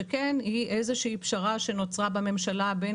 שכן היא איזו שהיא פשרה שנוצרה בממשלה בין